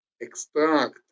extract